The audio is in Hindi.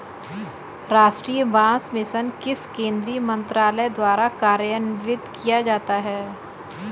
राष्ट्रीय बांस मिशन किस केंद्रीय मंत्रालय द्वारा कार्यान्वित किया जाता है?